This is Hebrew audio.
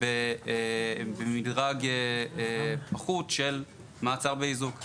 במדרג פחות של מעצר באיזוק.